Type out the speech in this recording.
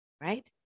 right